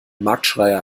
marktschreier